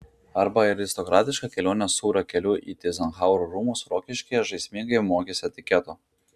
arba aristokratiška kelionė sūrio keliu į tyzenhauzų rūmus rokiškyje žaismingai mokys etiketo